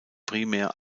primär